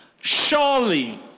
Surely